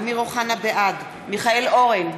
בעד מיכאל אורן,